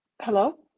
Hello